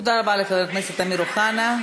תודה רבה לחבר הכנסת אמיר אוחנה.